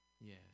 Yes